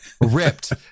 ripped